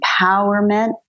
empowerment